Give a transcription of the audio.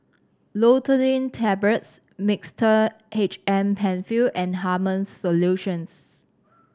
Loratadine Tablets Mixtard H M Penfill and Hartman's Solutions